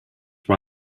why